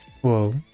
Whoa